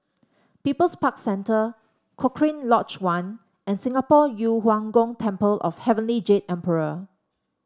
People's Park Center Cochrane Lodge One and Singapore Yu Huang Gong Temple of Heavenly Jade Emperor